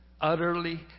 Utterly